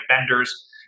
vendors